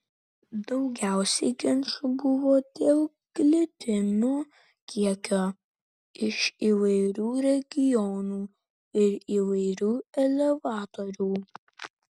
daugiausiai ginčų buvo dėl glitimo kiekio iš įvairių regionų ir įvairių elevatorių